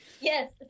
Yes